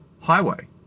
highway